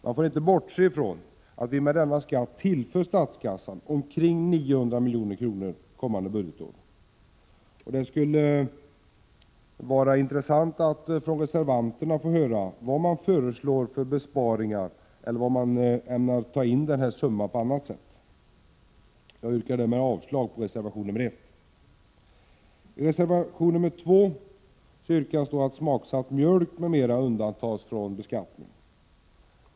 Man får inte bortse från att denna skatt tillför statskassan omkring 900 milj.kr. kommande budgetår. Det skulle vara intressant att från reservanterna få höra var man föreslår besparingar eller hur man på annat sätt skulle ta in denna summa. Jag yrkar avslag på reservation nr 1. I reservation nr 2 yrkas att smaksatt mjölk m.m. undantas från beskattning.